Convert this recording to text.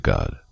God